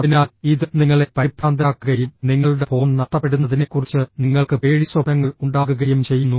അതിനാൽ ഇത് നിങ്ങളെ പരിഭ്രാന്തരാക്കുകയും നിങ്ങളുടെ ഫോൺ നഷ്ടപ്പെടുന്നതിനെക്കുറിച്ച് നിങ്ങൾക്ക് പേടിസ്വപ്നങ്ങൾ ഉണ്ടാകുകയും ചെയ്യുന്നു